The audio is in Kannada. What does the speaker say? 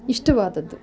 ಇಷ್ಟವಾದದ್ದು